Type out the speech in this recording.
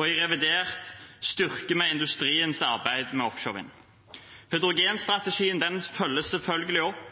I revidert styrker vi industriens arbeid med offshorevind. Hydrogenstrategien følges selvfølgelig opp